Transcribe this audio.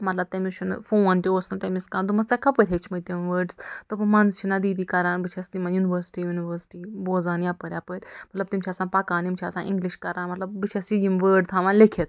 مطلب تٔمِس چھُنہٕ فون تہِ اوس نہٕ تٔمِس کانٛہہ دوٚپمَس ژےٚ کَپٲرۍ ہیٚچھمٕتۍ یِم وٲرڈٕس دوٚپُن منٛزٕ چھِنہٕ دیٖدی کران بہٕ چھَس تِمَن یونیورسٹی وونیٖورسٹی بوزان ووزان یَپٲرۍ ہۄپٲرۍ مطلب تِم چھِ آسان پَکان یِم چھِ آسان اِنگلِش کران مطلب بہٕ چھیٚ یہِ یِم وٲرڈ تھاوان لیٚکھِتھ